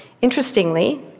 Interestingly